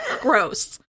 Gross